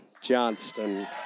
Johnston